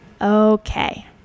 Okay